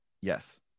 Yes